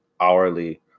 hourly